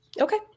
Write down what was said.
Okay